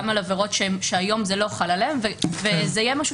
גם על עבירות שהיום זה לא חל עליהן וזה יהיה משהו